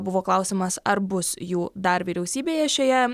buvo klausimas ar bus jų dar vyriausybėje šioje